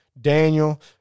Daniel